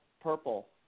purple